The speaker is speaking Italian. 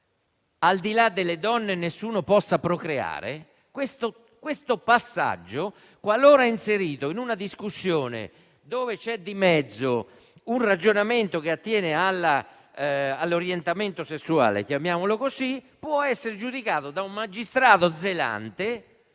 al di là delle donne, qualcuno possa procreare, questo passaggio, qualora sia inserito in una discussione dove c'è di mezzo un ragionamento che attiene all'orientamento sessuale - chiamiamolo così - può essere giudicato da un magistrato zelante